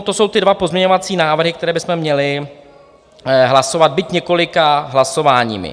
To jsou ty dva pozměňovací návrhy, o kterých bychom měli hlasovat, byť několika hlasováními.